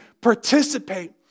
participate